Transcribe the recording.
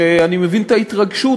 שאני מבין את ההתרגשות